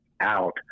out